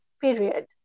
period